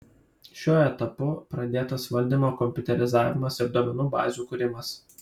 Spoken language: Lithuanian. šiuo etapu pradėtas valdymo kompiuterizavimas ir duomenų bazių kūrimas